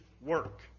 work